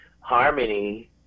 harmony